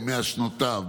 מ-100 שנותיו,